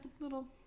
little